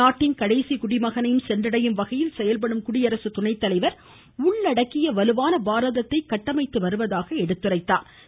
நாட்டின் கடைசி குடிமகனையும் சென்றடையும் வகையில் செயல்படும் குடியரசுத்துணைத்தலைவர் உள்ளடக்கிய வலுவான பாரதத்தை கட்டமைத்து வருவதாக கூறினா்